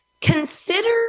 Consider